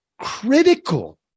critical